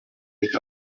nicht